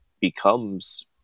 becomes